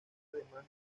además